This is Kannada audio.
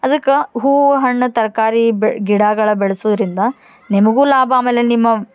ಅದಕ್ಕೆ ಹೂವು ಹಣ್ಣು ತರಕಾರಿ ಬೆ ಗಿಡಗಳ ಬೆಳೆಸುದ್ರಿಂದ ನಿಮಗೂ ಲಾಭ ಆಮೇಲೆ ನಿಮ್ಮ